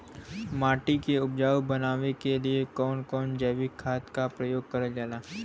माटी के उपजाऊ बनाने के लिए कौन कौन जैविक खाद का प्रयोग करल जाला?